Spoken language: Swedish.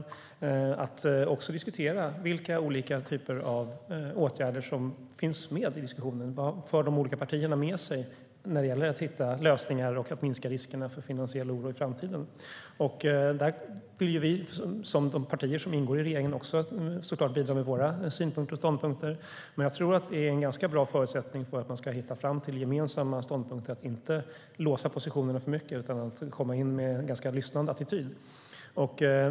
Det handlar också om att samtala om vilka olika typer av åtgärder som finns med i diskussionen. Vad för de olika partierna med sig när det gäller att hitta lösningar och att minska riskerna för finansiell oro i framtiden? Där vill vi, de partier som ingår i regeringen, såklart bidra med våra synpunkter och ståndpunkter. Men jag tror att det är en ganska bra förutsättning för att hitta fram till gemensamma ståndpunkter att inte låsa positionerna för mycket utan komma in med en lyssnande attityd.